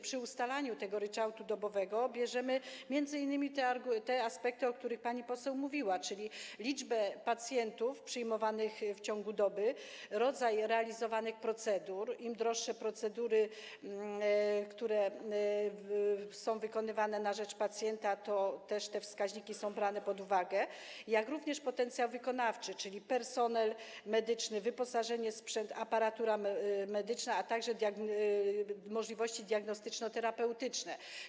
Przy ustalaniu tego ryczałtu dobowego bierzemy pod uwagę m.in. te aspekty, o których pani poseł mówiła, czyli liczbę pacjentów przyjmowanych w ciągu doby, rodzaj realizowanych procedur - przy droższych procedurach, które są wykonywane na rzecz pacjenta, te wskaźniki też są brane pod uwagę - jak również potencjał wykonawczy, czyli personel medyczny, wyposażenie, sprzęt, aparaturę medyczną, a także możliwości diagnostyczno-terapeutyczne.